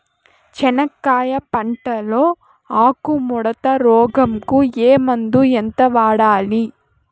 చెనక్కాయ పంట లో ఆకు ముడత రోగం కు ఏ మందు ఎంత వాడాలి?